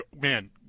man